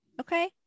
Okay